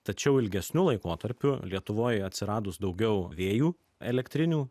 tačiau ilgesniu laikotarpiu lietuvoj atsiradus daugiau vėjų elektrinių